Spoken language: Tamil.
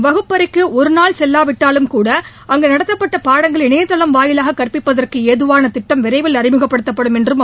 வகுப்பறைக்கு ஒருநாள் செல்லாவிட்டாலும்கூட அங்கு நடத்தப்பட்ட பாடங்களை இணையதளம் வாயிலாக கற்பதற்கு ஏதுவான திட்டம் விரைவில் அறிமுகப்படுத்தப்படும் என்றும் அவர் கூறினார்